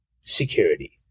security